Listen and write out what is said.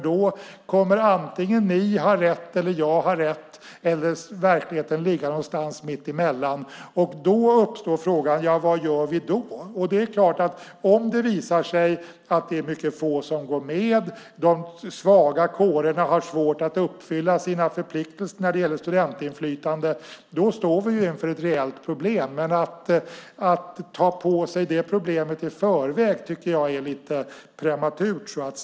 Då kommer antingen ni eller jag att ha rätt eller verkligheten ligga någonstans mittemellan. Därmed uppstår frågan: Vad gör vi då? Om det visar sig att det är väldigt få som går med och att de svaga kårerna har svårt att uppfylla sina förpliktelser när det gäller studentinflytande står vi inför ett reellt problem. Men att ta på sig det problemet i förväg är lite prematurt.